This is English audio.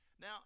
Now